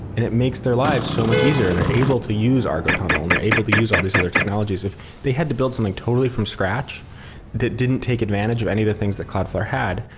and it makes their life so much easier. and they're able to use argo tunnel and they're able to use all these other technologies. if they had to build something totally from scratch that didn't take advantage of any of the things the cloudflare had,